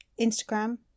Instagram